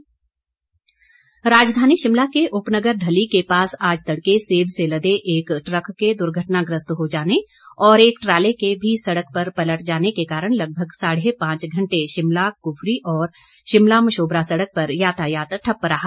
road block राजधानी शिमला के उपनगर ढली के पास आज तड़के सेब से लदे एक ट्रक के दुर्घटनाग्रस्त हो जाने और एक ट्राले के भी सड़क पर पलट जाने के कारण लगभग साढ़े पांच घंटे शिमला क्फरी और शिमला मशोबरा सड़क पर यातायात ठप्प रहा